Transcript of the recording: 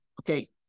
okay